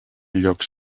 llocs